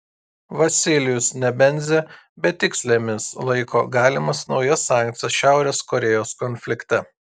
vasilijus nebenzia betikslėmis laiko galimas naujas sankcijas šiaurės korėjos konflikte